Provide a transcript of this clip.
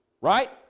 right